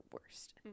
worst